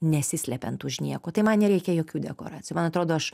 nesislepiant už nieko tai man nereikia jokių dekoracijų man atrodo aš